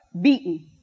beaten